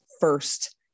first